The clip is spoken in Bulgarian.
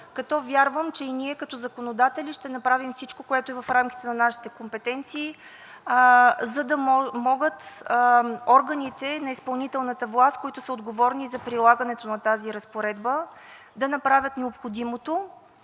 като вярвам, че и ние като законодатели ще направим всичко, което е в рамките на нашите компетенции, за да могат органите на изпълнителната власт, които са отговорни за прилагането на тази разпоредба, да направят необходимото,